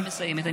אני מסיימת.